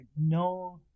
No